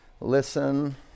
listen